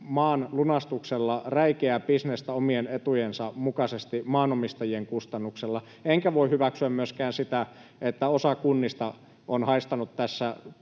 maanlunastuksella räikeää bisnestä omien etujensa mukaisesti maanomistajien kustannuksella, enkä voi hyväksyä myöskään sitä, että osa kunnista on haistanut tässä